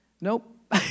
Nope